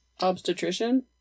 Obstetrician